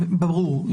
ברור.